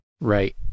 Right